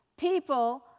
people